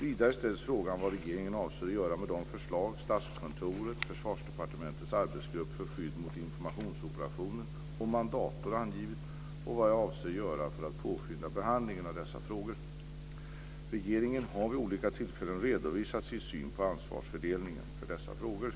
Vidare ställs frågan vad regeringen avser göra med de förslag Statskontoret, Försvarsdepartementets arbetsgrupp för skydd mot informationsoperationer och Mandator angivit och vad jag avser göra för att påskynda behandlingen av dessa frågor. Regeringen har vid olika tillfällen redovisat sin syn på ansvarsfördelningen för dessa frågor.